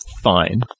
Fine